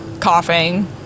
coughing